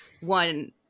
one